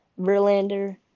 Verlander